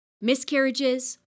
miscarriages